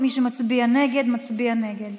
מי שמצביע נגד מצביע נגד.